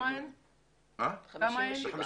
זאת